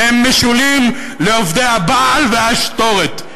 שהם משולים לעובדי הבעל והעשתורת,